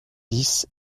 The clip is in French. dix